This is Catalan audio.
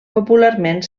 popularment